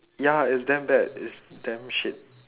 ya it's damn bad it's damn shit